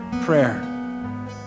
Prayer